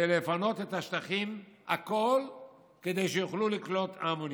ולפנות את השטחים, הכול כדי שיוכלו לקלוט ההמונים.